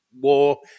war